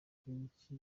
akenshi